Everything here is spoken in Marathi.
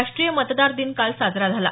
राष्ट्रीय मतदार दिन काल साजरा झाला